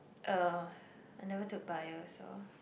uh I never took bio so